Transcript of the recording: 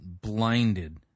blinded